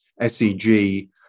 SEG